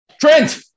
trent